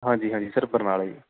ਹਾਂਜੀ ਹਾਂਜੀ ਸਰ ਬਰਨਾਲਾ ਜੀ